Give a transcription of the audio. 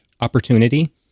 opportunity